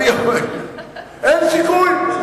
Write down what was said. אין סיכוי?